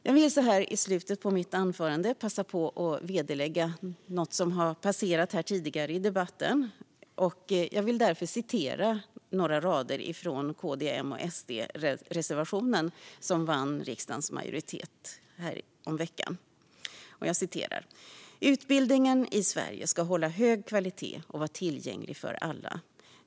Jag vill så här i slutet av mitt anförande passa på att vederlägga något som passerat tidigare i debatten och vill därför citera några rader i KD-M-SD-reservationen, som vann riksdagens majoritet häromveckan: "Utbildningen i Sverige ska hålla hög kvalitet och vara tillgänglig för alla.